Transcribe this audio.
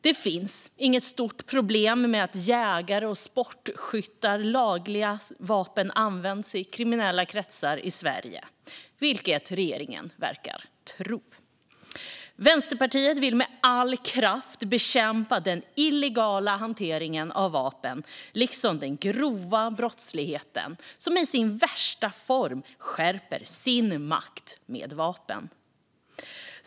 Det finns inget stort problem med att jägares och sportskyttars lagliga vapen används i kriminella kretsar i Sverige, vilket regeringen verkar tro. Vänsterpartiet vill med all kraft bekämpa den illegala hanteringen av vapen liksom den grova brottsligheten som i sin värsta form skärper sin makt med vapen.